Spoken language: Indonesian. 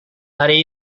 hari